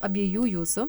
abiejų jūsų